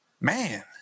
Man